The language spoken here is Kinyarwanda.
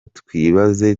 twibaze